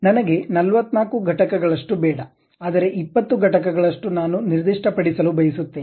ನನಗೆ 44 ಘಟಕಗಳಷ್ಟು ಬೇಡ ಆದರೆ 20 ಘಟಕಗಳಷ್ಟು ನಾನು ನಿರ್ದಿಷ್ಟಪಡಿಸಲು ಬಯಸುತ್ತೇನೆ